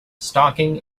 stalking